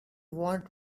want